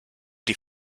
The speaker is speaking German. die